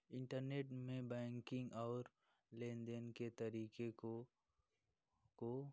internet ने banking और लेनदेन के तरीके को को